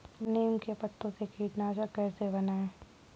नीम के पत्तों से कीटनाशक कैसे बनाएँ?